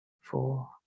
four